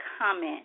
comment